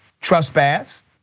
trespass